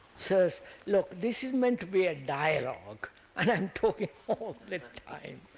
sirs look, this is meant to be a dialogue and i am talking all the time.